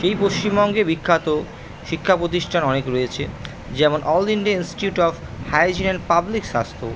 এই পশ্চিমবঙ্গে বিখ্যাত শিক্ষা প্রতিষ্ঠান অনেক রয়েছে যেমন all India institute of hygiene and public স্বাস্থ্য